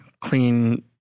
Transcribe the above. clean